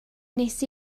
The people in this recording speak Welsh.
wnes